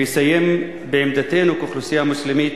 ואסיים בעמדתנו כאוכלוסייה מוסלמית